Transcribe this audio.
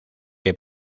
que